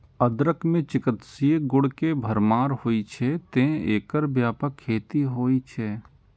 अदरक मे चिकित्सीय गुण के भरमार होइ छै, तें एकर व्यापक खेती होइ छै